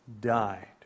died